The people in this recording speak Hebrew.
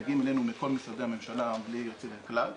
מגיעים אלינו מכל משרדי הממשלה בלי יוצא מן הכלל,